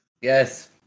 yes